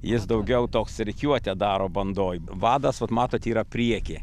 jis daugiau toks rikiuotę daro bandoj vadas vat matot yra prieky